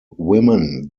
women